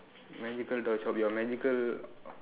magical toy shop your magical